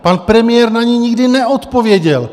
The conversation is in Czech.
Pan premiér na ni nikdy neodpověděl.